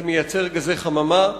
זה מייצר גזי חממה,